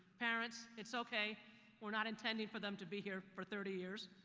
parents, it's okay we're not intending for them to be here for thirty years.